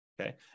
Okay